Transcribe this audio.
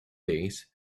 days